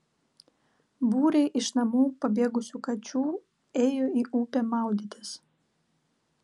būriai iš namų pabėgusių kačių ėjo į upę maudytis